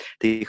thì